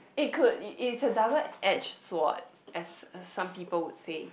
it could it~ it's a double edge sword as some people would say